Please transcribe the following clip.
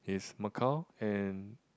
is Macau and